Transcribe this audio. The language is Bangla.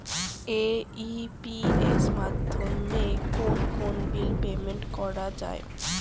এ.ই.পি.এস মাধ্যমে কোন কোন বিল পেমেন্ট করা যায়?